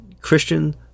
Christian